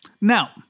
Now